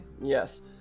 Yes